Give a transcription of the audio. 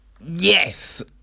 yes